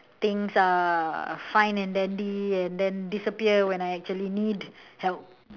things are fine and dandy and then disappear when I actually need help